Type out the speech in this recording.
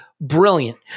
brilliant